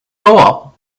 goal